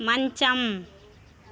మంచం